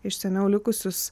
iš seniau likusius